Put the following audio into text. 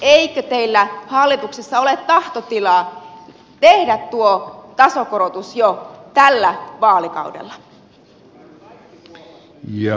eikö teillä hallituksessa ole tahtotilaa tehdä tuo tasokorotus jo tällä vaalikaudella